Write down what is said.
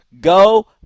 Go